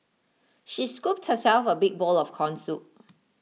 she scooped herself a big bowl of Corn Soup